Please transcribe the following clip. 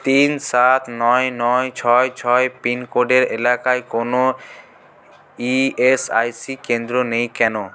তিন সাত নয় নয় ছয় ছয় পিনকোডের এলাকায় কোনও ইএসআইসি কেন্দ্র নেই কেন